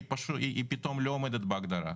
היא פתאום לא עומדת בהגדרה,